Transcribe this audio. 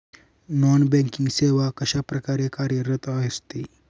Non banking सेवा कशाप्रकारे कार्यरत असते?